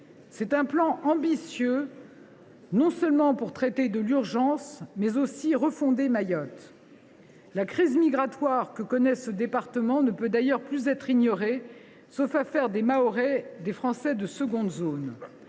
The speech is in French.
Ce plan ambitieux vise non seulement à traiter l’urgence, mais aussi à refonder Mayotte. La crise migratoire que connaît ce département ne peut d’ailleurs plus être ignorée, sauf à faire des Mahorais des Français de seconde zone.